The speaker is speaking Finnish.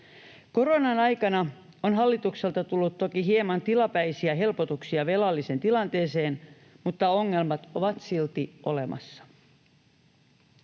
Koronan aikana on hallitukselta tullut toki hieman tilapäisiä helpotuksia velallisen tilanteeseen, mutta ongelmat ovat silti olemassa.